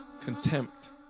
contempt